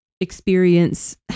experience